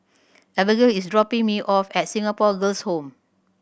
Abagail is dropping me off at Singapore Girls' Home